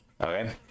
okay